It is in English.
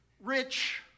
rich